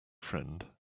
friend